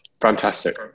Fantastic